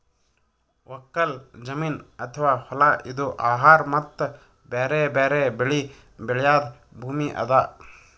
ಒಕ್ಕಲ್ ಜಮೀನ್ ಅಥವಾ ಹೊಲಾ ಇದು ಆಹಾರ್ ಮತ್ತ್ ಬ್ಯಾರೆ ಬ್ಯಾರೆ ಬೆಳಿ ಬೆಳ್ಯಾದ್ ಭೂಮಿ ಅದಾ